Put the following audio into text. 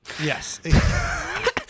Yes